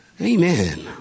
Amen